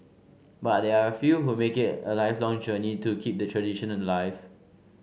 but there are a few who make it a lifelong journey to keep the tradition alive